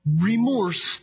Remorse